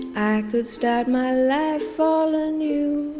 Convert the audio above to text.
could start my life all anew,